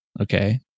okay